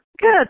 Good